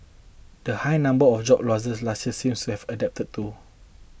the high number of job losses last year seems to have abated too